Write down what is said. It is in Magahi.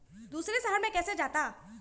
दूसरे शहर मे कैसे जाता?